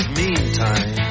meantime